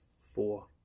four